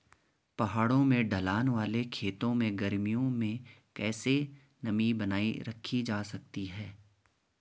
पहाड़ों में ढलान वाले खेतों में गर्मियों में कैसे नमी बनायी रखी जा सकती है?